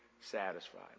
satisfied